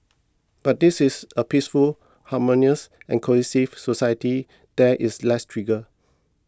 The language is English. but this is a peaceful harmonious and cohesive society there is less trigger